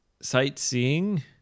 sightseeing